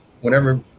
whenever